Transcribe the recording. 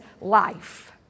life